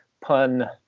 pun